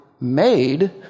made